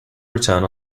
return